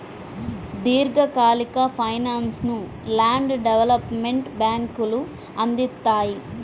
దీర్ఘకాలిక ఫైనాన్స్ను land development బ్యేంకులు అందిత్తాయి